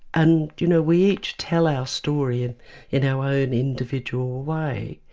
and you know we each tell our story in in our own individual way.